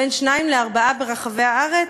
בין שניים לארבעה ברחבי הארץ?